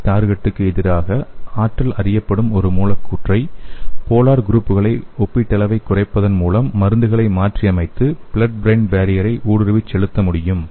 S டார்கெட்டுக்கு எதிராக ஆற்றல் அறியப்படும் ஒரு மூலக்கூற்றை போலார் குரூப்களை ஒப்பீட்டளவைக் குறைப்பதன் மூலம் மருந்துகளை மாற்றியமைத்து ப்ளட் ப்ரெயின் பேரியரை ஊடுருவிச் செலுத்த முடியும்